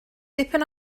dipyn